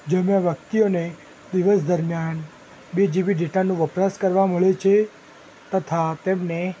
જેમાં વ્યકિતઓને દિવસ દરમ્યાન બે જીબી ડેટાનો વપરાશ કરવા મળે છે તથા તેમને